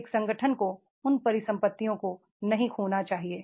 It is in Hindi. एक संगठनको उन परिसंपत्तियों को नहीं खोना चाहिए